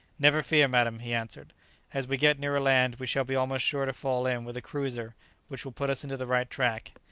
never fear, madam, he answered as we get nearer land we shall be almost sure to fall in with a cruiser which will put us into the right track.